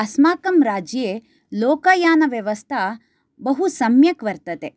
अस्माकं राज्ये लोकयानव्यवथा बहुसम्यक् वर्तते